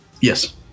Yes